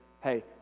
hey